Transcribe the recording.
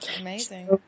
amazing